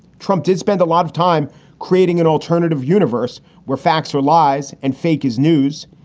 trump did spend a lot of time creating an alternative universe where facts are lies and fake is news.